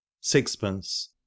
sixpence